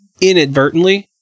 inadvertently